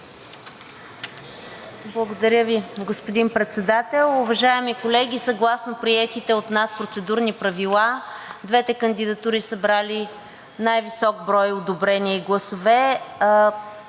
Благодаря Ви, господин Председател. Уважаеми колеги! Съгласно приетите от нас процедурни правила двете кандидатури, събрали най-висок брой одобрение и гласове,